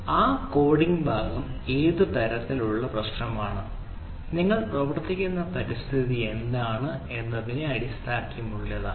ആ കോഡിംഗ് ഭാഗം ഏത് തരത്തിലുള്ള പ്രശ്നമാണ് നിങ്ങൾ പ്രവർത്തിക്കുന്ന പരിസ്ഥിതി എന്താണ് എന്നതിനെ അടിസ്ഥാനമാക്കിയുള്ളതാണ്